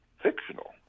fictional